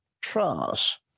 trust